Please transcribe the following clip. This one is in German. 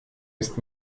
ist